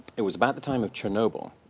it was about the time of chernobyl,